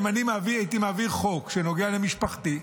אם אני הייתי מעביר חוק שנוגע למשפחתי,